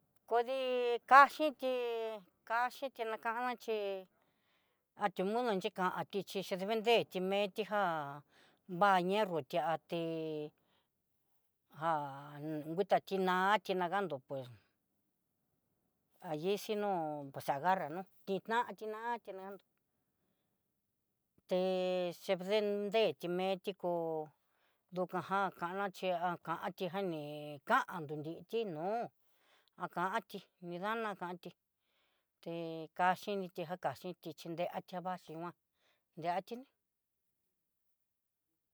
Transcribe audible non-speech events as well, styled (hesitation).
Kuadi ká xhití (hesitation) ka xhiti ná kana chí ati'ó mono xhikandi chí dé vendé xhi metijá vá ñierro tiati, jan kuta tiná (hesitation) ati nagandó pues ahi si no pues agarra nó tintantí natí nadó té cheden té xhimetiko, dukan ngan kana xhi (hesitation) nti nii kán ndudití no'ó akanti ndina kantí, té kaxhiniti akaxhiniti xhi nré avaxhi vaxhi nguan nrexhini.